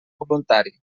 voluntari